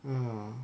um